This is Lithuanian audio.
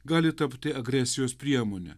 gali tapti agresijos priemone